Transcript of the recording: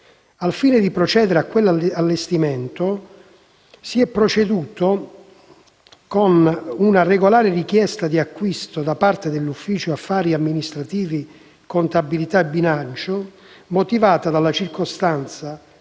Al fine di procedere a quell'allestimento, si è proceduto con regolare richiesta di acquisto all'ufficio affari amministrativi, contabilità e bilancio, motivata dalla circostanza